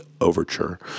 overture